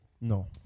No